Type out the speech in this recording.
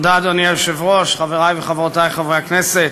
תודה, אדוני היושב-ראש, חברי וחברותי חברי הכנסת,